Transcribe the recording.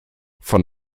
von